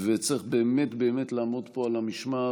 וצריך באמת באמת לעמוד פה על המשמר.